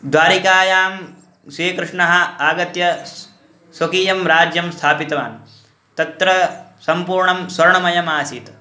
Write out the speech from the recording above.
द्वारिकायां श्रीकृष्णः आगत्य स् स्वकीयं राज्यं स्थापितवान् तत्र सम्पूर्णं स्वर्णमयमासीत्